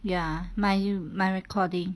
ya my my recording